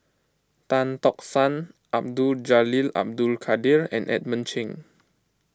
Tan Tock San Abdul Jalil Abdul Kadir and Edmund Cheng